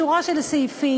בשורה של סעיפים,